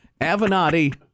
Avenatti